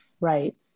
right